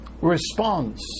response